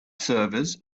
servers